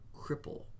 cripple